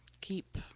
Keep